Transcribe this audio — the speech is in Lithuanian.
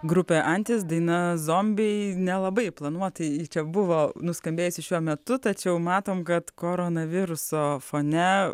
grupė antis daina zombiai nelabai planuotai ji čia buvo nuskambėjusi šiuo metu tačiau matom kad koronaviruso fone